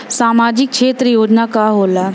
सामाजिक क्षेत्र योजना का होला?